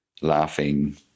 laughing